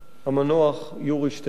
המנוח יורי שטרן,